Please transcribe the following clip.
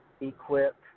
equip